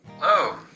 Hello